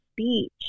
speech